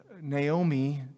Naomi